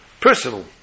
personal